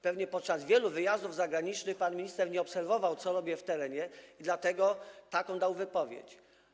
Pewnie podczas wielu wyjazdów zagranicznych pan minister nie obserwował, co robię w terenie, dlatego udzielił takiej wypowiedzi.